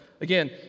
Again